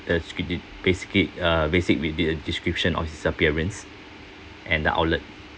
uh basically a basic with the description of his appearance and outlet